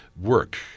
work